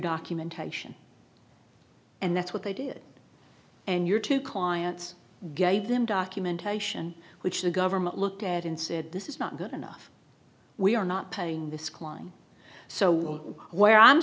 documentation and that's what they did and your two clients gave them documentation which the government looked at in said this is not good enough we are not paying this kline so where i'm